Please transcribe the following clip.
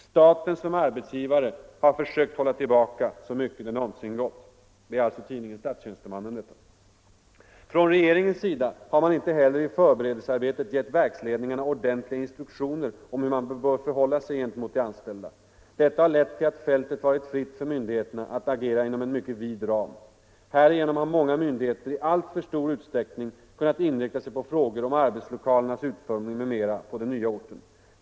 Staten som arbetsgivare har försökt hålla tillbaka så mycket det nånsin gått.” — Det står alltså i tidningen Statstjänstemannen. Och jag citerar vidare: ”Från regeringens sida har man inte heller i föreberedelsearbetet gett verksledningarna ordentliga instruktioner om hur de bör förhålla sig gentemot de anställda. Detta har lett till att fältet varit fritt för myndigheterna att agera inom en mycket vid ram. Härigenom har många myndigheter i alltför stor utsträckning kunnat inrikta sig på frågor som arbetslokalernas utformning m.m. på den nya orten.